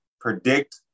predict